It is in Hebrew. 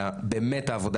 על העבודה